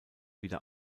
wieder